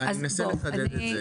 אתם לא יודעים את התדירות של זה.